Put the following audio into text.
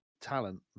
talent